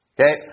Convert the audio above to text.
Okay